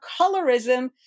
colorism